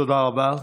תודה רבה.